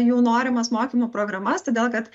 jų norimas mokymų programas todėl kad